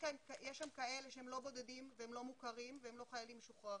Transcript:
יש שם כאלה שהם לא בודדים ולא מוכרים והם לא חיילים משוחררים.